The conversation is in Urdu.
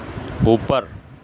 اوپر